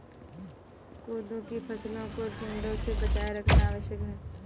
कोदो की फसलों को टिड्डों से बचाए रखना आवश्यक है